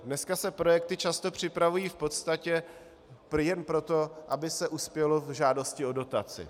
Dneska se projekty často připravují v podstatě jen proto, aby se uspělo v žádosti o dotaci.